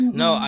no